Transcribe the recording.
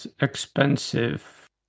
expensive